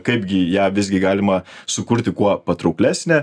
kaipgi ją visgi galima sukurti kuo patrauklesnę